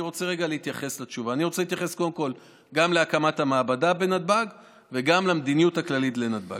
אני רוצה להתייחס גם להקמת המעבדה בנתב"ג וגם למדיניות הכללית לנתב"ג.